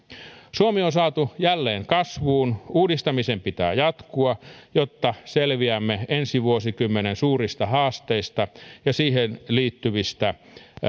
suomi on saatu jälleen kasvuun uudistamisen pitää jatkua jotta selviämme ensi vuosikymmenen suurista haasteista ja niihin liittyvistä